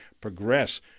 progress